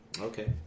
okay